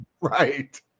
right